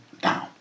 down